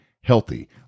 healthy